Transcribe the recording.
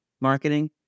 marketing